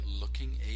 looking